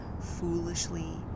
foolishly